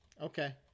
Okay